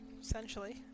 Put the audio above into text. essentially